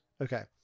okay